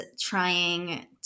trying